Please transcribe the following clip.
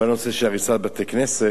כל הנושא של הריסת בתי-כנסת.